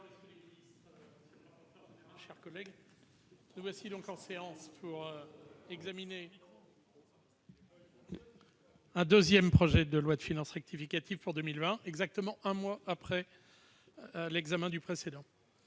chers collègues, nous voici en séance pour examiner un deuxième projet de loi de finances rectificative pour 2020, exactement un mois après l'examen du précédent.